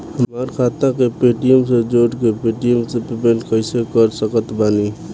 हमार खाता के पेटीएम से जोड़ के पेटीएम से पेमेंट कइसे कर सकत बानी?